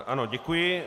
Ano, děkuji.